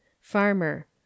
Farmer